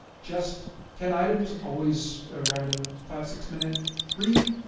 just ten items, always around a five, six minute read.